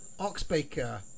Oxbaker